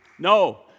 No